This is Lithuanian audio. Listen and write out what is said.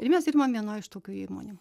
ir mes dirbam vienoj iš tokių įmonių